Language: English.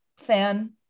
fan